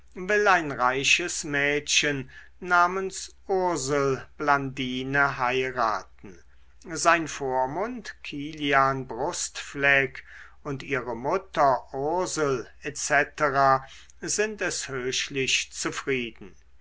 ein reiches mädchen namens ursel blandine heiraten sein vormund kilian brustfleck und ihre mutter ursel etc sind es höchlich zufrieden